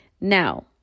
Now